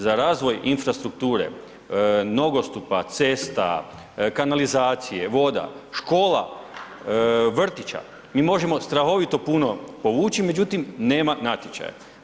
Za razvoj infrastrukture, nogostupa, cesta, kanalizacije, voda, škola, vrtića mi možemo strahovito punu povući, međutim nema natječaja.